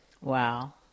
Wow